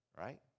right